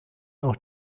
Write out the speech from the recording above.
auch